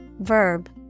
verb